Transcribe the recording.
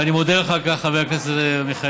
ואני מודה לך על כך לחבר הכנסת מלכיאלי.